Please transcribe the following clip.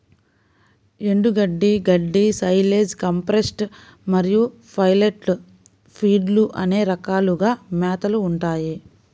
ఎండుగడ్డి, గడ్డి, silage, compressed మరియు పెల్లెట్ ఫీడ్లు అనే రకాలుగా మేతలు ఉంటాయి